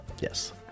Yes